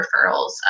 referrals